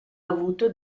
avuto